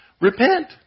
Repent